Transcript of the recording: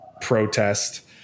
protest